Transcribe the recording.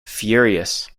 furious